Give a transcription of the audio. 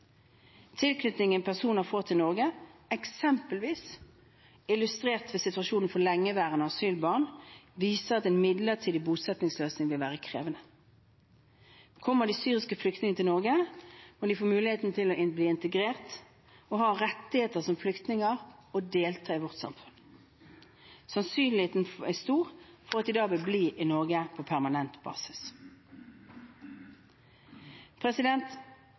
Tilknytningen personer får til Norge, eksempelvis illustrert ved situasjonen for lengeværende asylbarn, viser at en midlertidig bosettingsløsning vil være krevende. Kommer de syriske flyktningene til Norge, må de få muligheten til å bli integrert, ha rettigheter som flyktninger, og delta i vårt samfunn. Sannsynligheten er stor for at de da vil bli i Norge på permanent basis.